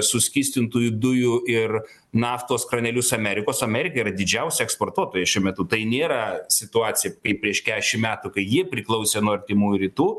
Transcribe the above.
suskystintųjų dujų ir naftos kranelius amerikos amerika yra didžiausia eksportuotoja šiuo metu tai nėra situacija kaip prieš kešim metų kai ji priklausė nuo artimųjų rytų